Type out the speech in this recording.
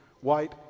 white